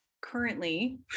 currently